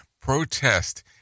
protest